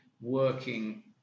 working